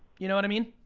you know what i mean?